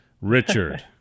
Richard